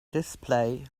display